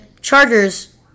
Chargers